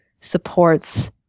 supports